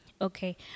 Okay